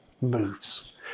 moves